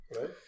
Right